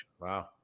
Wow